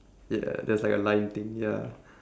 ya there's like a line thing ya